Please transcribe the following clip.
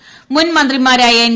് മുൻ മന്ത്രിമാരായ എൻ